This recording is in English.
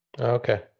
Okay